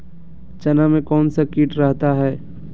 चना में कौन सा किट रहता है?